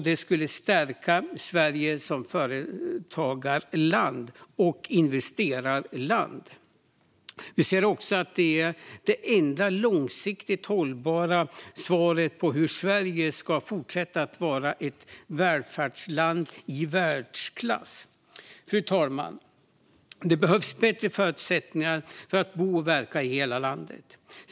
Det skulle stärka Sverige som företagarland och investerarland. Vi ser också att det är det enda långsiktigt hållbara svaret på hur Sverige ska fortsätta att vara ett välfärdsland i världsklass. Fru talman! Det behövs bättre förutsättningar för att bo och verka i hela landet.